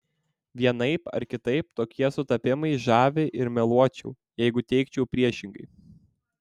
vienaip ar kitaip tokie sutapimai žavi ir meluočiau jeigu teigčiau priešingai